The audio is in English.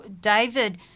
David